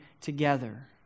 together